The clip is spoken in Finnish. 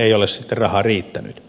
ei ole sitten rahaa riittänyt